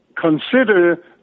consider